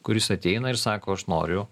kuris ateina ir sako aš noriu